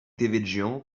devedjian